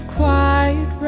quiet